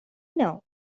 know